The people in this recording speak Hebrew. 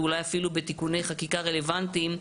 ואולי אפילו בתיקוני חקיקה רלוונטיים,